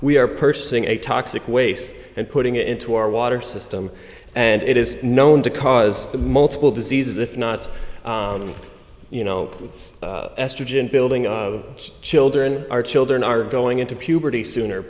we are purchasing a toxic waste and putting it into our water system and it is known to cause multiple diseases if not you know it's estrogen building on children our children are going into puberty sooner